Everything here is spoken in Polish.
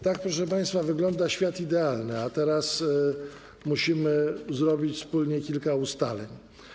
Tak, proszę państwa, wygląda świat idealny, a teraz musimy przyjąć wspólnie kilka ustaleń.